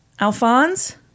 Alphonse